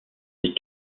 des